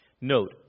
note